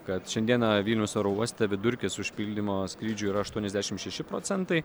kad šiandieną vilniaus oro uoste vidurkis užpildymo skrydžių yra aštuoniasdešim šeši procentai